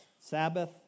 Sabbath